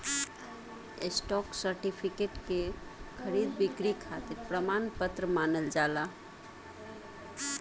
stock certificate के खरीद बिक्री खातिर प्रमाण पत्र मानल जाला